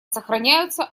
сохраняются